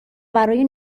برای